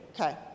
Okay